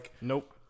Nope